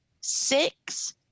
six